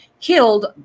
killed